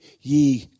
ye